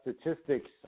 statistics